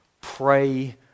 Pray